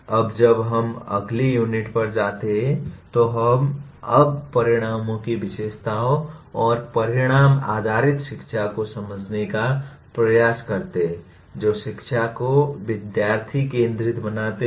अब जब हम अगली यूनिट पर जाते हैं तो हम अब परिणामों की विशेषताओं और परिणाम आधारित शिक्षा को समझने का प्रयास करते हैं जो शिक्षा को विद्यार्थी केंद्रित बनाते हैं